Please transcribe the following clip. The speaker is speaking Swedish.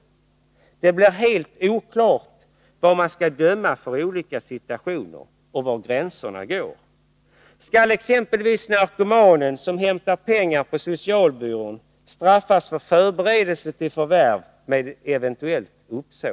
Det blir helt oklart vad man skall döma för i olika situationer och var gränserna går. Skall exempelvis narkomanen som hämtar pengar på socialbyrån straffas för förberedelse till förvärv med eventuellt uppsåt?